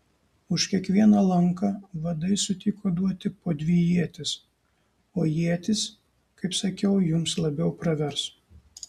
už kiekvieną lanką vadai sutiko duoti po dvi ietis o ietys kaip sakiau jums labiau pravers